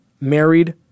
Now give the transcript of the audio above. Married